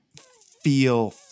feel